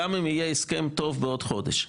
גם אם יהיה הסכם טוב בעוד חודש.